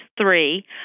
three